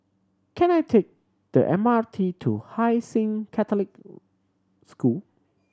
can I take the M R T to Hai Sing Catholic School